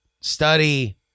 study